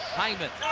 hyman.